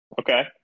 Okay